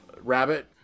Rabbit